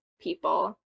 people